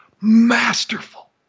masterful